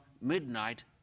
midnight